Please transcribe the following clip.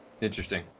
Interesting